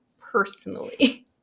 personally